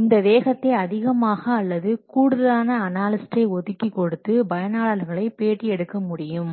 இந்த வேகத்தை அதிகமாக அல்லது கூடுதலாக அனாலிஸ்ட்டை ஒதுக்கிக் கொடுத்து பயனாளர்களை பேட்டி எடுக்க முடியும்